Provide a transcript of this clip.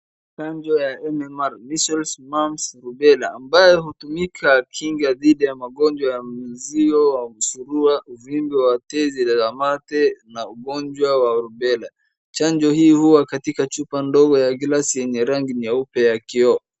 Chanjo ya MMR measles. mumps, rubela ambayo hutumika kinga dhidi ya magonjwa ya Mzio au surua, uvimbe wa tezi la mate na ugonjwa rubela. Chanjo hii hua katika chupa ndogo ya glasi yenye rangi nyeupe ya kioo.